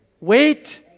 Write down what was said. Wait